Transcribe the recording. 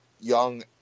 young